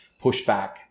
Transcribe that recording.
pushback